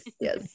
yes